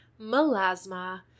melasma